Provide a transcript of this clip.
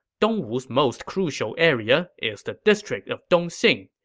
dongwu's most crucial area is the district of dongxing.